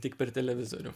tik per televizorių